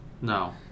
No